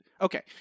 Okay